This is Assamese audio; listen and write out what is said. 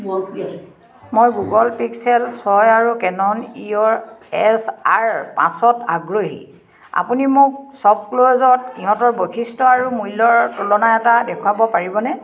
মই গুগল পিক্সেল ছয় আৰু Canon E O S R পাঁচত আগ্ৰহী আপুনি মোক শ্বপক্লুজত ইহঁতৰ বৈশিষ্ট্য আৰু মূল্যৰ তুলনা এটা দেখুৱাব পাৰিবনে